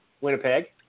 Winnipeg